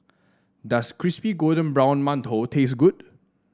does Crispy Golden Brown Mantou taste good